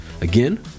Again